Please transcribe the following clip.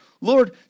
Lord